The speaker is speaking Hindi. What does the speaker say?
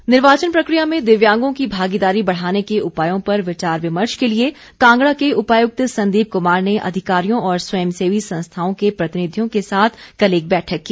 उपायुक्त निर्वाचन प्रक्रिया में दिव्यांगों की भागीदारी बढ़ाने के उपायों पर विचार विमर्श के लिए कांगड़ा के उपायुक्त संदीप कुमार ने अधिकारियों और स्वयं सेवी संस्थाओं के प्रतिनिधियों के साथ कल एक बैठक की